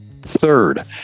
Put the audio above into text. Third